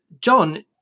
John